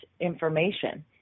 information